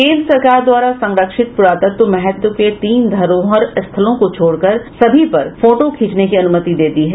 केन्द्र सरकार द्वारा संरक्षित पुरातत्व महत्व के तीन धरोहर स्थलों को छोड़ कर सभी पर फोटो खींचने की अनुमति दे दी है